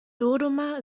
dodoma